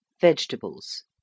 vegetables